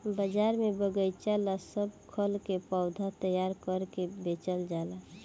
बाजार में बगएचा ला सब खल के पौधा तैयार क के बेचल जाला